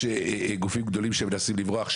יש גופים גדולים שמנסים לברוח,